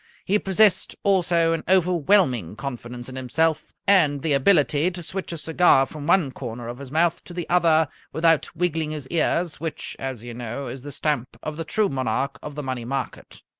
he possessed also an overwhelming confidence in himself, and the ability to switch a cigar from one corner of his mouth to the other without wiggling his ears, which, as you know, is the stamp of the true monarch of the money market.